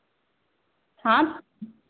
हाँ